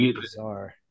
bizarre